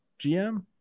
GM